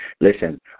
Listen